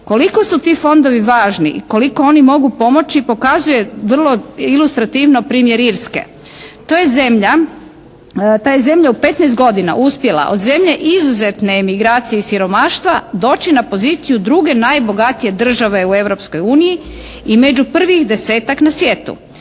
Koliko su ti fondovi važni i koliko oni mogu pomoći pokazuje vrlo ilustrativno primjer Irske. Ta je zemlja u petnaest godina uspjela od zemlje izuzetne emigracije i siromaštva doći na poziciju druge najbogatije države u Europskoj uniji i među prvih desetak na svijetu.